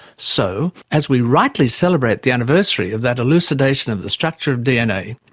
so as we rightly celebrate the anniversary of that elucidation of the structure of dna,